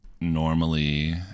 normally